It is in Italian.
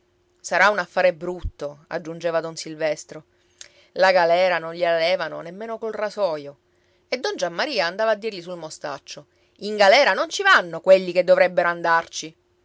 sarà un affare brutto aggiungeva don silvestro la galera non gliela levano nemmeno col rasoio e don giammaria andava a dirgli sul mostaccio in galera non ci vanno quelli che dovrebbero andarci